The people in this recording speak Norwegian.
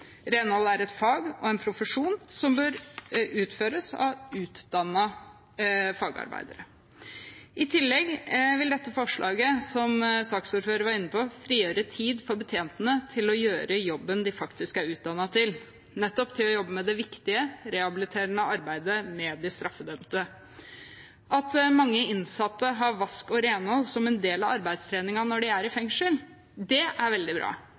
Renhold er et fag og en profesjon som bør utføres av utdannede fagarbeidere. I tillegg vil dette forslaget, som saksordføreren var inne på, frigjøre tid for betjentene til å gjøre jobben de faktisk er utdannet til, nettopp å jobbe med det viktige rehabiliterende arbeidet med de straffedømte. At mange innsatte har vask og renhold som en del av arbeidstreningen når de er i fengsel, er veldig bra.